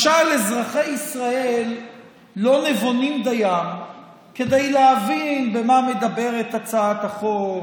משל אזרחי ישראל לא נבונים דיים להבין במה מדברת הצעת החוק,